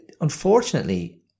unfortunately